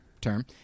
term